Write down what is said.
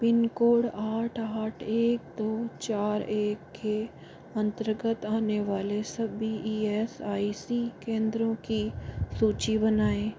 pin code आठ आठ एक दो चार एक के अंतर्गत आने वाले सभी ई एस आई सी केंद्रों की सूची बनाएँ